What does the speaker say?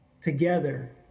together